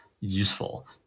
useful